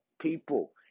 people